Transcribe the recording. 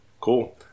Cool